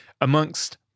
amongst